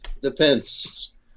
Depends